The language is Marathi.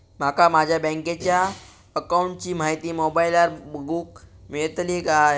माका माझ्या बँकेच्या अकाऊंटची माहिती मोबाईलार बगुक मेळतली काय?